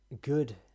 good